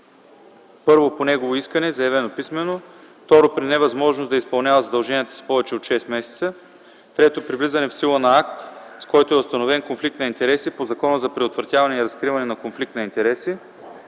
1. по негово искане, заявено писмено; 2. при невъзможност да изпълнява задълженията си повече от шест месеца; 3. при влизане в сила на акт, с който е установен конфликт на интереси по Закона за предотвратяване и разкриване на конфликт на интереси;